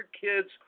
kids